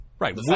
Right